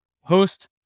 host